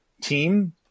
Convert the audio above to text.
team